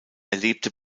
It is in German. erlebte